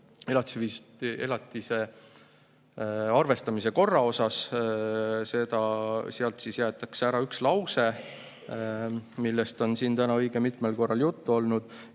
elatise arvestamise korra kohta. Sealt jäetakse ära üks lause, millest on siin täna õige mitmel korral juttu olnud.